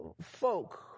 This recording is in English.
folk